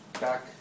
back